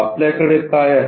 आपल्याकडे काय आहे